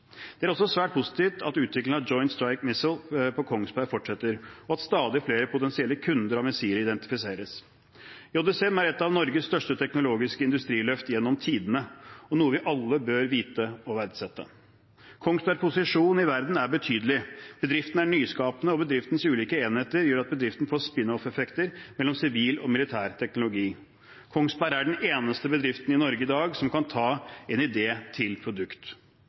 Det er også svært positivt at utviklingen av Joint Strike Missile på Kongsberg fortsetter, og at stadig flere potensielle kunder av missilet identifiseres. JSM er et av Norges største teknologiske industriløft gjennom tidene, og noe vi alle bør vite å verdsette. Kongsbergs posisjon i verden er betydelig, bedriften er nyskapende, og bedriftens ulike enheter gjør at bedriften får spin-off-effekter mellom sivil og militær teknologi. Kongsberg er den eneste bedriften i Norge i dag som kan ta en idé til produkt.